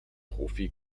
profi